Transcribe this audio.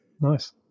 nice